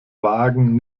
wagen